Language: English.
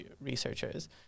researchers